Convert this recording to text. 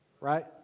right